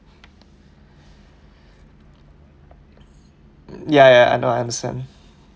ya ya I know I understand